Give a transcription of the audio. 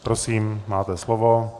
Prosím, máte slovo.